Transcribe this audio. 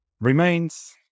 remains